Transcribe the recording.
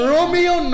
Romeo